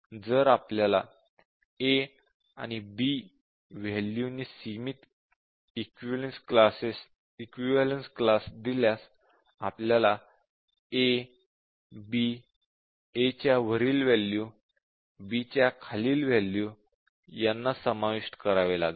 जर आपल्याला a आणि b वॅल्यू नी सीमित इक्विवलेन्स क्लास दिल्यास आपल्याला a b a च्या वरील वॅल्यू आणि b च्या खालील वॅल्यू यांना समाविष्ट करावे लागेल